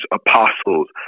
apostles